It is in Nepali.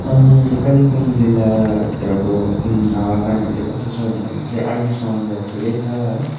कालिम्पोङ जिल्लाभित्रको हावापानीहरू चाहिँ कस्तो छ भन्दाखेरि चाहिँ अहिलेसम्म त ठिकै छ है